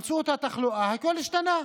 במציאות התחלואה, הכול השתנה.